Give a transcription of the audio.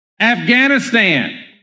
Afghanistan